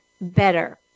better